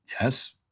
Yes